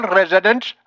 residents